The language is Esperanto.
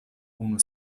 unu